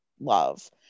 love